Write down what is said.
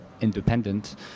independent